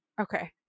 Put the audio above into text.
Okay